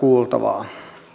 kuultavaa